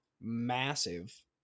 massive